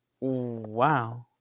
Wow